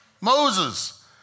Moses